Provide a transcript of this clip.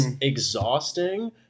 exhausting